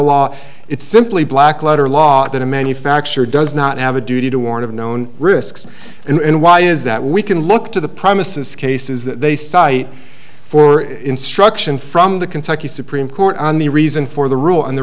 law it's simply black letter law that a manufacturer does not have a duty to warn of known risks and why is that we can look to the promises cases that they cite for instruction from the kentucky supreme court on the reason for the rule and the